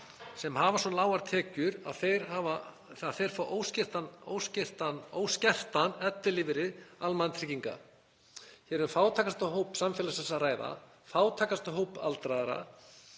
sem hafa svo lágar tekjur að þeir fá óskertan ellilífeyri almannatrygginga. Hér er um fátækasta hóp samfélagsins að ræða, fátækasta hóp aldraðra.